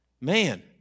man